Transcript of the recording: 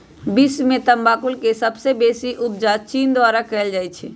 विश्व में तमाकुल के सबसे बेसी उपजा चीन द्वारा कयल जाइ छै